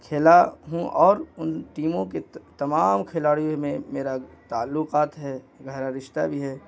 کھیلا ہوں اور ان ٹیموں کے تمام کھلاڑی میں میرا تعلقات ہے گہرا رشتہ بھی ہے